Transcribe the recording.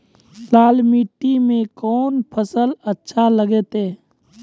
लाल मिट्टी मे कोंन फसल अच्छा लगते?